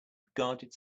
regarded